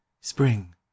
Spring